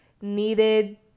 needed